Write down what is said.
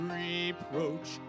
reproach